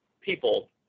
people